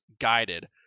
guided